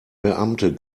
beamte